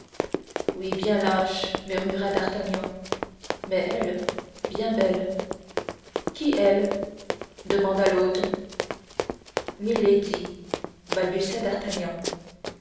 oui bien lâche murmura d'artagnan mais elle bien belle qui elle demanda l'hôte milady balbutia d'artagnan